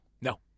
No